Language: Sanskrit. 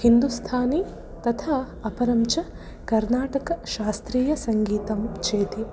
हिन्दुस्थानि तथा अपरं च कर्नाटकशास्त्रीयसङ्गीतं चेति